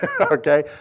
Okay